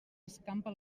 escampa